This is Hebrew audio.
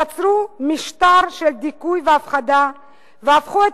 יצרו משטר של דיכוי והפחדה והפכו את